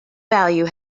value